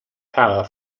power